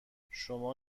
شما